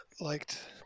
liked